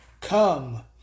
Come